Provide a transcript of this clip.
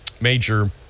Major